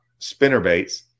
spinnerbaits